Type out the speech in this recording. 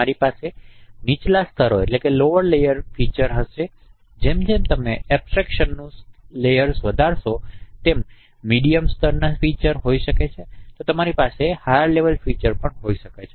તમારી પાસે નીચલા સ્તરો ફીચર હશે અને જેમ જેમ તમે એબ્સ્ટ્રેક્શનનું સ્તરો વધારશો તેમ મધ્યમ સ્તરોના ફીચર હોઈ શકે છે તો તમારી પાસે ઉચ્ચ સ્તરોના ફીચર હોઈ શકે છે